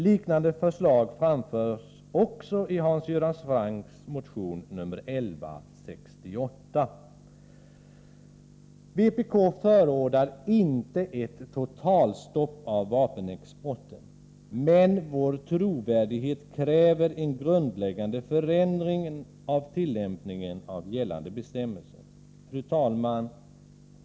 Liknande förslag framförs i Hans Göran Francks motion 1168. Vpk förordar inte ett totalstopp av vapenexporten. Men Sveriges trovärdighet kräver en grundläggande förändring av tillämpningen av gällande bestämmelser. Fru talman!